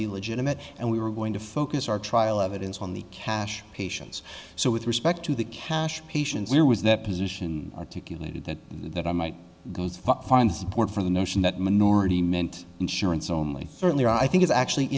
be legitimate and we were going to focus our trial evidence on the cash patients so with respect to the cash patients there was that position articulated that that i might find support for the notion that minority meant insurance only thirty there i think it's actually